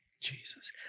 Jesus